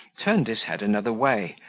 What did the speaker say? turned his head another way,